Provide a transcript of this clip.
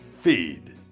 Feed